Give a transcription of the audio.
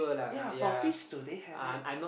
ya for fish do they have it